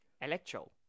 Electro